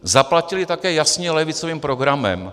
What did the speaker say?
Zaplatili také jasně levicovým programem.